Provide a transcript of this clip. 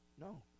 No